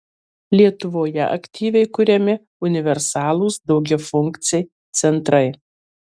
lietuvoje aktyviai kuriami universalūs daugiafunkciai centrai